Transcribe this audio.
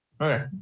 Okay